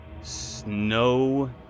snow